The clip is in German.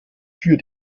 für